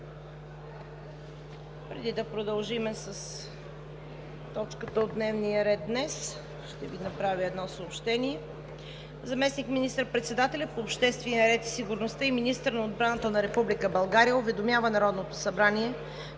преди да продължим с точката от дневния ред днес, ще Ви направя едно съобщение: заместник министър-председателят по обществения ред и сигурността и министър на отбраната на Република България уведомява Народното събрание,